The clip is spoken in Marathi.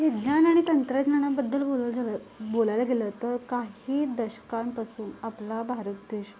विज्ञान आणि तंत्रज्ञानाबद्दल बोलायला गेलं बोलायला गेलं तर काही दशकांपासून आपला भारत देश